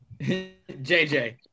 JJ